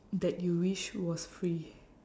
that you wish was free